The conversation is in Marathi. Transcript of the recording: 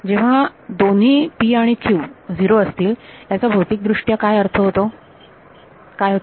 जेव्हा दोन्ही p आणि q 0 असतील त्याचा भौतिक दृष्ट्या काय अर्थ होतो